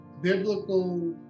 biblical